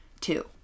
two